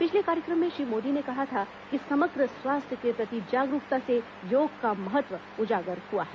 पिछले कार्यक्रम में श्री मोदी ने कहा था कि समग्र स्वास्थ्य के प्रति जागरूकता से योग का महत्व उजागर हुआ है